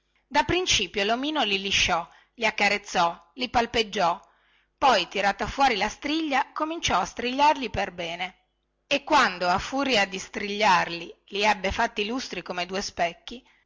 da principio lomino li lisciò li accarezzò li palpeggiò poi tirata fuori la striglia cominciò a strigliarli perbene e quando a furia di strigliarli li ebbe fatti lustri come due specchi